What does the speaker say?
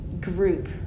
group